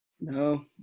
No